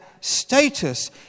status